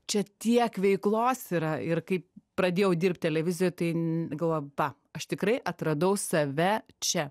čia tiek veiklos yra ir kai pradėjau dirbt televizijoj tai galvoju aš tikrai atradau save čia